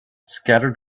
scattered